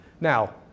Now